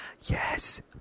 Yes